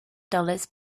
dollars